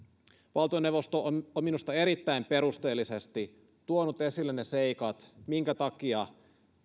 valtioneuvosto on minusta erittäin perusteellisesti tuonut esille ne seikat minkä takia